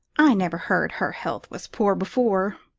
i never heard her health was poor before.